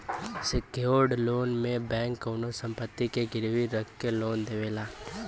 secured loan में bank कउनो संपत्ति के गिरवी रखके लोन देवला